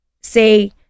say